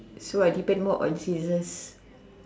so I depend more on scissors